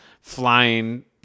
flying